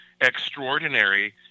extraordinary